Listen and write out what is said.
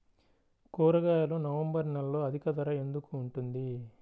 కూరగాయలు నవంబర్ నెలలో అధిక ధర ఎందుకు ఉంటుంది?